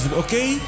okay